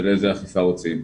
של איזה אכיפה רוצים,